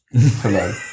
Hello